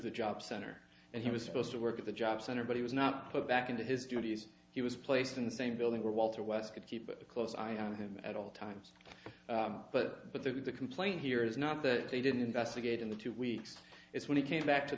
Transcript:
the job center and he was supposed to work at the job center but he was not put back into his duties he was placed in the same building where walter was could keep a close eye on him at all times but but there was a complaint here is not that they didn't investigate in the two weeks it's when he came back to